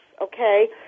okay